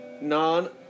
non